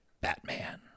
Batman